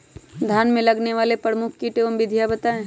धान में लगने वाले प्रमुख कीट एवं विधियां बताएं?